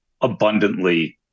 abundantly